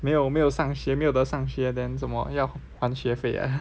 没有没有上学没有的上学 then 怎么要换学费 ah